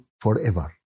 forever